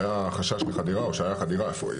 שהיה חשש לחדירה או שהיה חדירה,